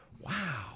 Wow